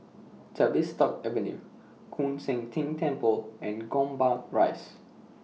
Tavistock Avenue Koon Seng Ting Temple and Gombak Rise